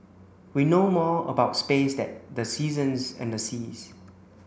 we know more about space than the seasons and the seas